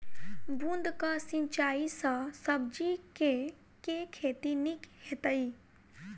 बूंद कऽ सिंचाई सँ सब्जी केँ के खेती नीक हेतइ?